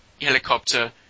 helicopter